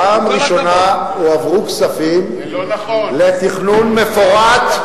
פעם ראשונה הועברו כספים לתכנון מפורט,